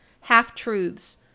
half-truths